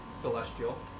Celestial